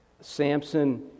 Samson